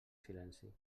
silenci